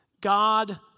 God